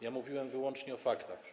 Ja mówiłem wyłącznie o faktach.